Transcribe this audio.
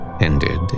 ended